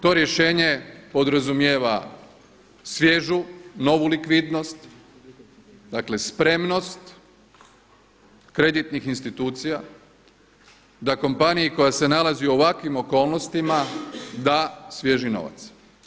To rješenje podrazumijeva svježu, novu likvidnost, dakle spremnost kreditnih institucija da kompaniji koja se nalazi u ovakvim okolnostima da svježi novac.